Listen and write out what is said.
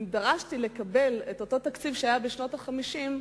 אם הייתי דורשת לקבל את אותו תקציב שהיה בשנת ה-50,